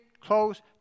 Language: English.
close